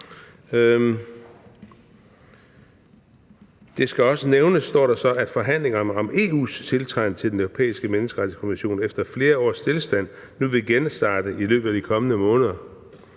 Det skal også nævnes, står der så, at forhandlingerne om EU's tiltræden til Den Europæiske Menneskerettighedskonvention efter flere års tilstand nu vil blive genstartet i løbet af de kommende måneder.